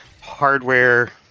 hardware